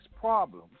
problems